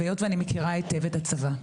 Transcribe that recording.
היות ואני מכירה היטב את הצבא,